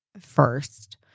first